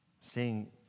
seeing